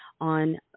on